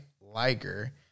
Liger